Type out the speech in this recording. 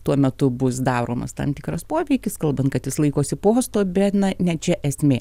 tuo metu bus daromas tam tikras poveikis kalbant kad jis laikosi posto bet na ne čia esmė